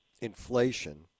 inflation